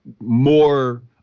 more